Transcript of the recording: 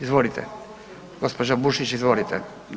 Izvolite, gospođa Bušić izvolite.